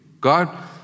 God